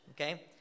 okay